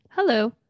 Hello